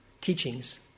teachings